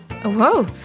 Whoa